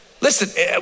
listen